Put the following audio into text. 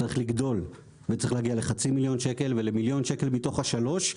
הם צריכים לגדול ולהגיע לחצי מיליון שקל ולמיליון שקל מתוך ה-3.